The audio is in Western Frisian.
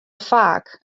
faak